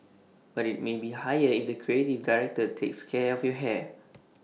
but IT may be higher if the creative director takes care of your hair